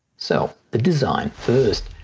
so the design firs.